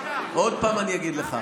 עוד פעם אני אגיד לך.